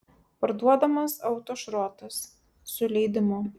parduodamas autošrotas su leidimu